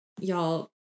Y'all